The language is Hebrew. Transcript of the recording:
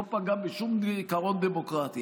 לא פגע בשום עיקרון דמוקרטי,